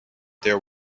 there